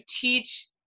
teach